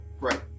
right